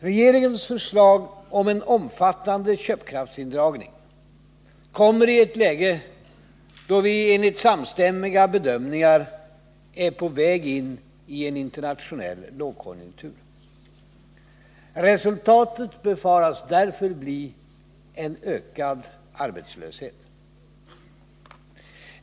Regeringens förslag om en omfattande köpkraftsindragning kommer i ett läge då vi enligt samstämmiga bedömningar är på väg in i en internationell lågkonjunktur. Resultatet befaras därför bli en ökad arbetslöshet.